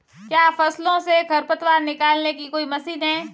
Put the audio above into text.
क्या फसलों से खरपतवार निकालने की कोई मशीन है?